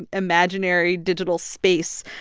and imaginary digital space,